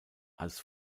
als